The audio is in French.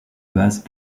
base